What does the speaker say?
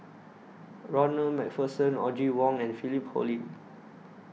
Ronald MacPherson Audrey Wong and Philip Hoalim